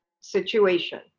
situation